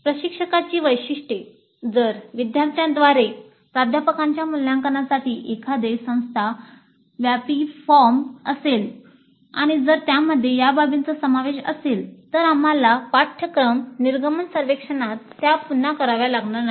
प्रशिक्षकाची वैशिष्ट्ये जर विद्यार्थ्यांद्वारे प्राध्यापकांच्या मूल्यांकनासाठी एखादे संस्था व्यापी फॉर्म असेल आणि जर त्यामध्ये या बाबींचा समावेश असेल तर आम्हाला पाठ्यक्रम निर्गमन सर्वेक्षणात त्या पुन्हा कराव्या लागणार नाहीत